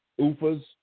UFAs